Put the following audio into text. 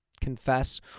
confess